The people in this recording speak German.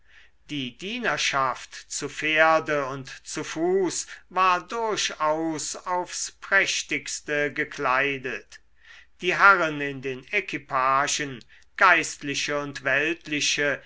die dienerschaft zu pferde und zu fuß war durchaus aufs prächtigste gekleidet die herren in den equipagen geistliche und weltliche